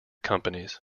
companies